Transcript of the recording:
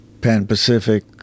Pan-Pacific